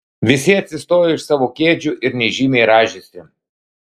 visi atsistojo iš savo kėdžių ir nežymiai rąžėsi